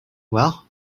well